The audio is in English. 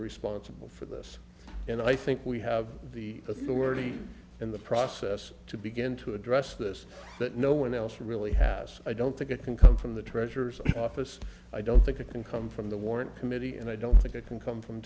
responsible for this and i think we have the authority in the process to begin to address this but no one else really has i don't think it can come from the treasurer's office i don't think it can come from the warrant committee and i don't think it can come from